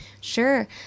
Sure